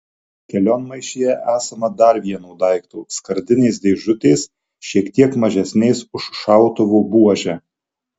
kelionmaišyje esama dar vieno daikto skardinės dėžutės šiek tiek mažesnės už šautuvo buožę